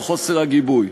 גם חוסר הגיבוי.